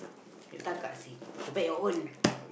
later akak say go back your own